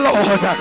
Lord